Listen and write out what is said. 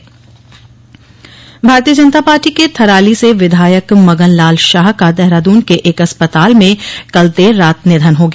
निधन भारतीय जनता पार्टी के थराली से विधायक मगन लाल शाह की देहरादून के एक अस्पताल में कल देर रात निधन हो गया